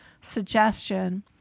suggestion